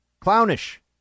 clownish